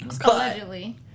Allegedly